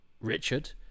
richard